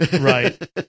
Right